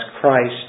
Christ